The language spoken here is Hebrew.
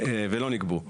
ולא נגבו החובות.